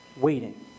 waiting